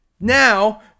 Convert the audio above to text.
Now